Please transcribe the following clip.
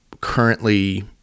currently